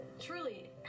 truly